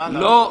להתייחס.